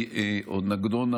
היא עוד נדונה,